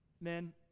Men